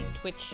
Twitch